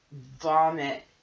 vomit